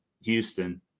Houston